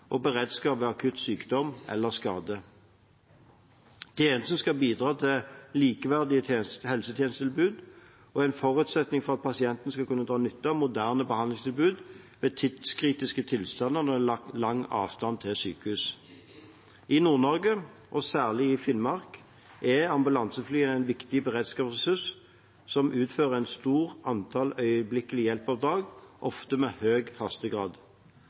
og beredskap ved akutt sykdom eller skade. Tjenesten skal bidra til likeverdige helsetjenestetilbud og er en forutsetning for at pasienter skal kunne dra nytte av moderne behandlingstilbud ved tidskritiske tilstander når det er lang avstand til sykehus. I Nord-Norge, særlig i Finnmark, er ambulanseflyene en viktig beredskapsressurs som utfører et stort antall øyeblikkelig hjelp-oppdrag, ofte med høy hastegrad.